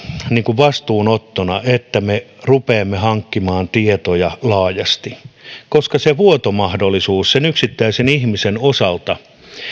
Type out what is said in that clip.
vastuunottona sen että me rupeamme hankkimaan tietoja laajasti koska se vuotomahdollisuus sen yksittäisen ihmisen osalta